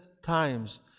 times